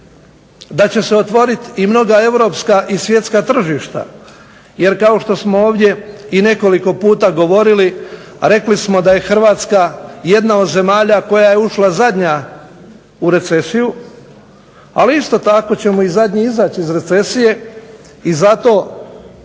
da će se otvoriti mnoga svjetska tržišta jer kao što smo ovdje nekoliko puta govorili, rekli smo da je Hrvatska jedna od zemalja koja ušla zadnja u recesiju ali isto tako ćemo zadnji izaći iz recesije, zato mislim